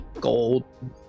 gold